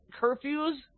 curfews